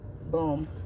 Boom